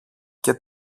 και